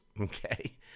Okay